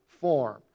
form